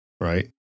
right